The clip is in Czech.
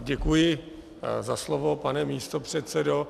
Děkuji za slovo, pane místopředsedo.